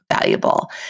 valuable